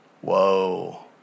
Whoa